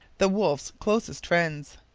the wolfes' closest friends.